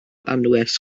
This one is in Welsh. anwes